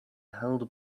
held